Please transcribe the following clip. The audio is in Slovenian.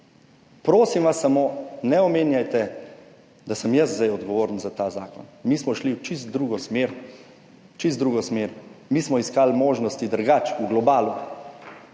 Prosim vas, samo ne omenjajte, da sem jaz zdaj odgovoren za ta zakon. Mi smo šli v čisto drugo smer, v čisto drugo smer. Mi smo iskali možnosti drugače v globalu,